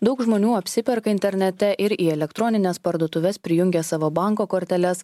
daug žmonių apsiperka internete ir į elektronines parduotuves prijungia savo banko korteles